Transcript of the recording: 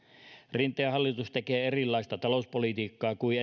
rinteen hallitus tekee erilaista talouspolitiikkaa kuin